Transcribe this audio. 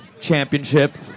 Championship